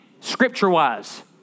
scripture-wise